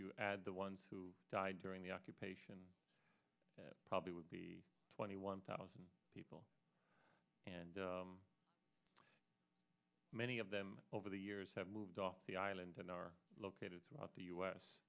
you add the ones who died during the occupation probably would be twenty one thousand people and many of them over the years have moved off the island and are located throughout the u